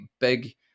big